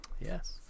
Yes